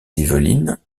yvelines